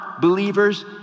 believers